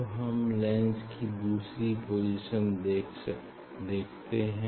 अब हम लेंस की दूसरी पोजीशन देखते हैं